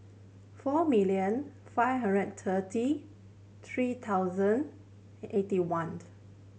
four million five hundred thirty three thousand eighty one